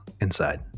inside